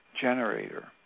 generator